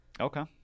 Okay